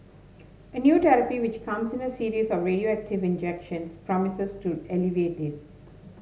a new therapy which comes in a series of radioactive injections promises to alleviate this